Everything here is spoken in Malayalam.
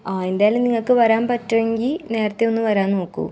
എന്തായാലും നിങ്ങൾക്ക് വരാൻ പറ്റുമെങ്കിൽ നേരത്തെ ഒന്ന് വരാന്നോക്കു